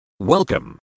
Welcome